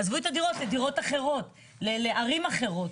עזבו את הדירות לדירות אחרות, לערים אחרות.